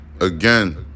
again